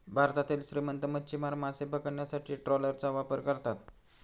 भारतातील श्रीमंत मच्छीमार मासे पकडण्यासाठी ट्रॉलरचा वापर करतात